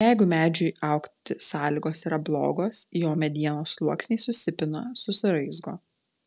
jeigu medžiui augti sąlygos yra blogos jo medienos sluoksniai susipina susiraizgo